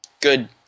good